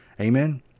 Amen